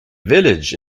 village